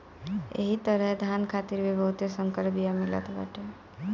एही तरहे धान खातिर भी बहुते संकर बिया मिलत बाटे